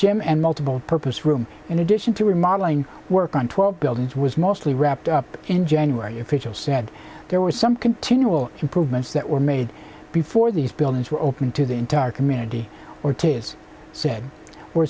gym and multiple purpose room in addition to remodeling work on twelve buildings was mostly wrapped up in january officials said there were some continual improvements that were made before these buildings were open to the entire community ortiz said